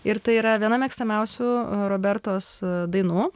ir tai yra viena mėgstamiausių robertos dainų